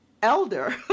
Elder